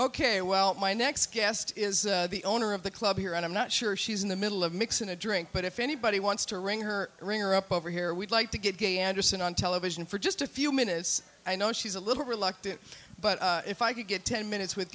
ok well my next guest is the owner of the club here and i'm not sure she's in the middle of mixing a drink but if anybody wants to ring her up over here we'd like to get gay anderson on television for just a few minutes i know she's a little reluctant but if i could get ten minutes with